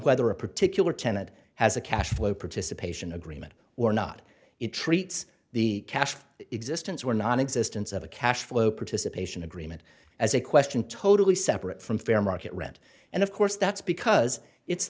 whether a particular tenet has a cash flow participation agreement or not it treats the cash existence or nonexistence of a cash flow participation agreement as a question totally separate from fair market rent and of course that's because it's